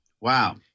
wow